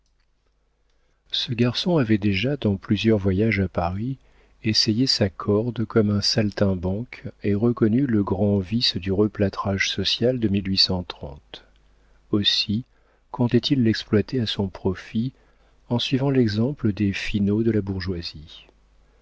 ce garçon avait déjà dans plusieurs voyages à paris essayé sa corde comme un saltimbanque et reconnu le grand vice du replâtrage social de aussi comptait-il l'exploiter à son profit en suivant l'exemple des finauds de la bourgeoisie